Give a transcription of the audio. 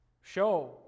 show